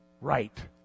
right